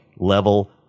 level